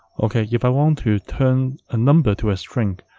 okay. if i want to turn a number to a string,